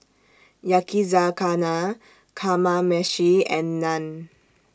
Yakizakana Kamameshi and Naan